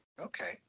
Okay